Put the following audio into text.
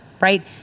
right